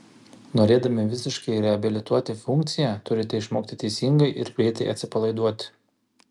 norėdami visiškai reabilituoti funkciją turite išmokti teisingai ir greitai atsipalaiduoti